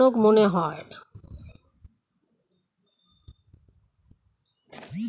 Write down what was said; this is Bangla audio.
কোন ধানের চাষ আপনার লাভজনক মনে হয়?